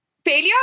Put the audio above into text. failure